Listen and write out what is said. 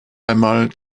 einmal